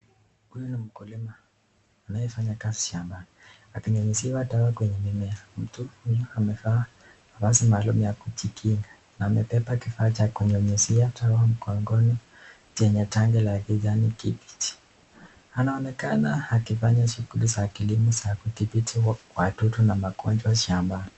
Huyu ni mkulima anayefanya kazi shamba akimyunyizia dawa kwenye mimea. Mtu huyu amevaa mavazi maalum ya kujikinga na amebeba kifaa cha kunyunyizia dawa mgongoni chenye tangi la kijani kibichi. Anaonekana akifanya shughuli za kilimo za kudhibiti wadudu na magonjwa shamba.